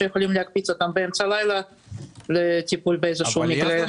שיכולים להקפיץ אותם באמצע הלילה לטיפול במקרה.